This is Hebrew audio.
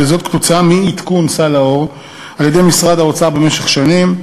וזאת כתוצאה מאי-עדכון סל-לאור על-ידי משרד האוצר במשך שנים.